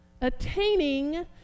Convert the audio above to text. attaining